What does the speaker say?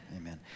amen